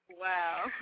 Wow